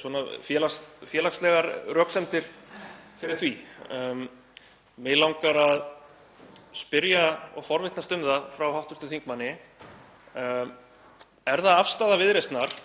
m.a. félagslegar röksemdir fyrir því. Mig langar að spyrja og forvitnast um það frá hv. þingmanni: Er það afstaða Viðreisnar,